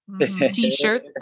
t-shirt